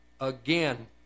again